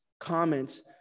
comments